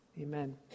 Amen